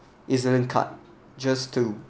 E_Z_link card just to